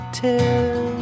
tell